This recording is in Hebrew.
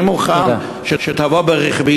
אני מוכן שתבוא ברכבי,